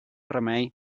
remei